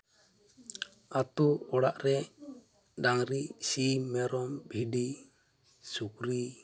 ᱟᱛᱳ ᱚᱲᱟᱜ ᱨᱮ ᱰᱟᱝᱨᱤ ᱥᱤᱢ ᱢᱮᱨᱚᱢ ᱵᱷᱤᱰᱤ ᱥᱩᱠᱨᱤ